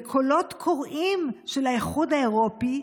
בקולות קוראים של האיחוד האירופי,